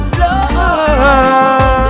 love